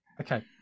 Okay